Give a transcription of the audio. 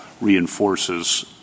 reinforces